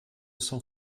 cent